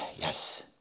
yes